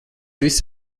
viss